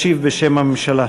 ישיב בשם הממשלה.